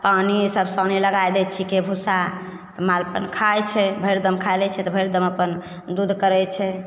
पानी सब सानी लगा दै छिकै भुस्सा तऽ माल अपन खाइ छै भरि दम खा लै छै तऽ भरि दम अपन दूध करै छै